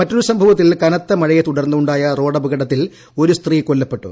മറ്റൊരു സംഭവത്തിൽ കനത്ത മഴയെത്തുടർന്ന് ഉണ്ടായ റോഡപകടത്തിൽ ഒരു സ്ത്രീ കൊല്ലപ്പെട്ടു